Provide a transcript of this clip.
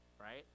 right